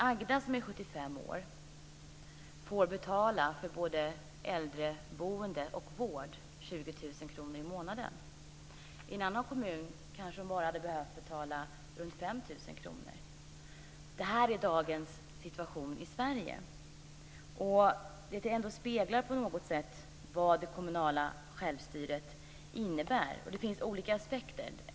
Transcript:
Agda som är 75 år får för äldreboende och vård betala 20 000 kr i månaden. I en annan kommun kanske hon hade behövt betala bara runt 5 000 kr. Det här är dagens situation i Sverige. Detta speglar ändå på något sätt vad det kommunala självstyret innebär. Det finns olika aspekter.